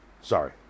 Sorry